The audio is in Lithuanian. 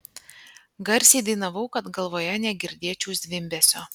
garsiai dainavau kad galvoje negirdėčiau zvimbesio